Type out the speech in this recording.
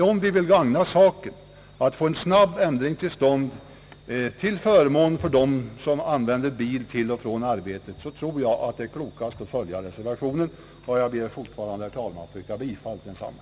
Om vi vill gagna saken och få en snabb ändring till stånd till förmån för de personer som använder bil till och från sitt arbete, tror jag det är klokast att följa reservationen, och jag ber fortfarande, herr talman, att få yrka bifall till densamma.